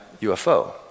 UFO